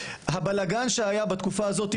הבלגן שהיה בתקופה הזאת,